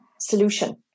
solution